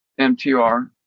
mtr